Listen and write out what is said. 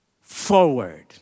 forward